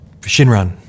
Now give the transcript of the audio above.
Shinran